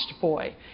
boy